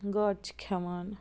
گاڈٕ چھِ کھیٚوان